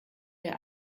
der